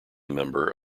member